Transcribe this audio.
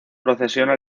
procesiona